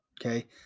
Okay